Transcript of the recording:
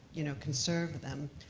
you know, conserve them.